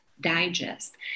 digest